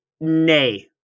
Nay